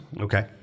okay